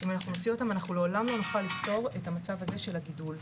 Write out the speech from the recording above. אם אנחנו נוציא אותם אנחנו לעולם לא נוכל לפתור את המצב הזה של הגידול.